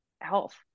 health